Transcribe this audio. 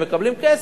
הם מקבלים כסף.